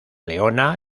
leona